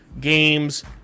games